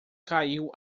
caiu